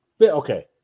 Okay